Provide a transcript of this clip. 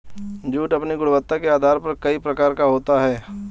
jute अपनी गुणवत्ता के आधार पर कई प्रकार का होता है